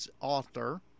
author